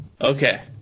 Okay